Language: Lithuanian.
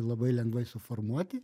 labai lengvai suformuoti